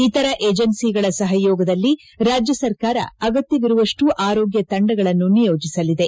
ಇತರ ಏಜೆನ್ಸಿಗಳ ಸಹಯೋಗದಲ್ಲಿ ರಾಜ್ಯ ಸರ್ಕಾರ ಅಗತ್ಯವಿರುವಷ್ಟು ಆರೋಗ್ಯ ತಂಡಗಳನ್ನು ನಿಯೋಜಿಸಲಿದೆ